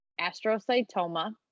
astrocytoma